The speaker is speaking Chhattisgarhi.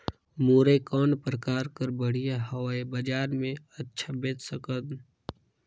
मुरई कौन प्रकार कर बढ़िया हवय? बजार मे अच्छा बेच सकन